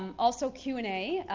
um also q and a,